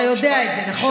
אתה יודע את זה, נכון?